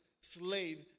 slave